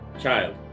child